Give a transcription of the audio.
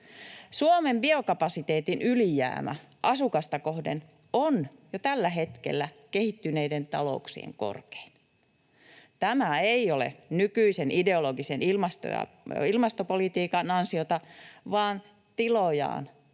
Suomen biokapasiteetin ylijäämä asukasta kohden on jo tällä hetkellä kehittyneiden talouksien korkein. Tämä ei ole nykyisen ideologisen ilmastopolitiikan ansiota, vaan tilojaan,